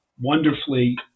wonderfully